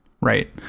right